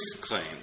claims